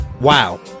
Wow